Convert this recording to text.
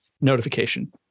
notification